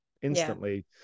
instantly